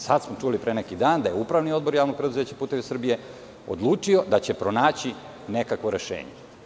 Sad smo čuli, pre neki dan, da je Upravni odbor JP Putevi Srbije odlučio da će pronaći nekakvo rešenje.